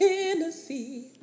Tennessee